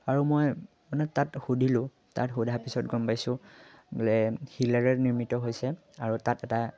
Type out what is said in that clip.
আৰু মই মানে তাত সুধিলোঁ তাত সোধা পিছত গম পাইছোঁ বোলে শিলেৰে নিৰ্মিত হৈছে আৰু তাত এটা